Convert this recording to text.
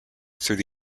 through